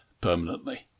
permanently